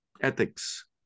ethics